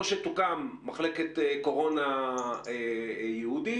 או שתוקם מחלקת קורונה ייעודית,